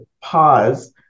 pause